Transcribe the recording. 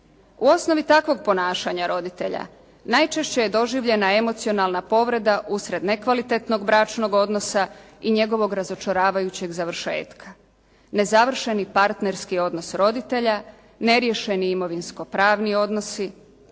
U osnovi takvog ponašanja roditelja najčešće je doživljena emocionalna povreda uslijed nekvalitetnog bračnog odnosa i njegovog razočaravajućeg završetka, nezavršeni partnerski odnos roditelja, neriješeni imovinsko-pravni odnosi,